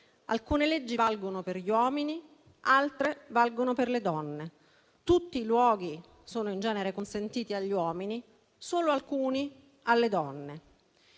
alcune leggi valgono per gli uomini, altre valgono per le donne. Tutti i luoghi sono in genere consentiti agli uomini, solo alcuni alle donne.